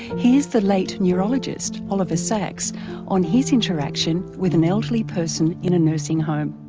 here's the late neurologist oliver sacks on his interaction with an elderly person in a nursing home.